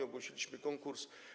Ogłosiliśmy konkurs.